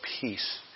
peace